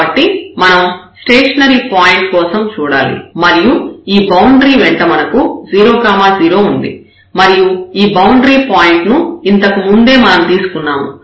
కాబట్టి మనం stationary point కోసం చూడాలి మరియు ఈ బౌండరీ వెంట మనకు 0 0 ఉంది మరియు ఈ బౌండరీ పాయింట్ ను ఇంతకుముందే మనం తీసుకున్నాము